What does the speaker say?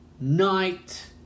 night